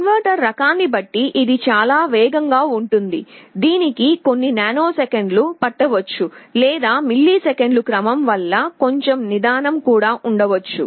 converter రకాన్ని బట్టి ఇది చాలా వేగంగా ఉంటుంది దీనికి కొన్ని నానోసెకన్లు పట్టవచ్చు లేదా మిల్లీసెకన్ల క్రమం వల్ల కొంచెం నిదానం కూడా ఉండవచ్చు